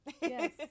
yes